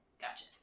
Gotcha